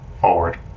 forward